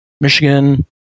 michigan